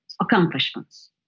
accomplishments